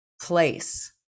place